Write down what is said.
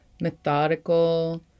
methodical